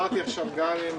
יש קונצנזוס של ימין, שמאל,